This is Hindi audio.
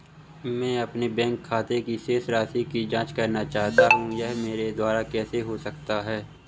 मैं अपने बैंक खाते की शेष राशि की जाँच करना चाहता हूँ यह मेरे द्वारा कैसे हो सकता है?